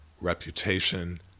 reputation